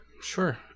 Sure